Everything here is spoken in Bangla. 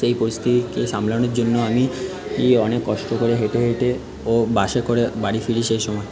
সেই পরিস্থিতি সামলানোর জন্য আমি ইয়ে অনেক কষ্ট করে হেঁটে হেঁটে ও বাসে করে বাড়ি ফিরি সেই সময়